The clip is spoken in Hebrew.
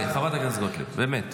חברת הכנסת גוטליב, באמת.